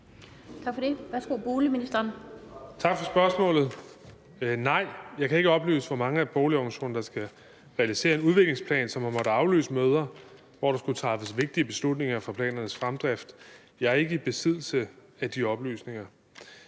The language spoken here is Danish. (Kaare Dybvad Bek): Tak for spørgsmålet. Nej, jeg kan ikke oplyse, hvor mange af boligorganisationerne, der skal realisere en udviklingsplan, som har måttet aflyse møder, hvor der skulle træffes vigtige beslutninger for planernes fremdrift. Jeg er ikke i besiddelse af de oplysninger.